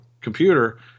computer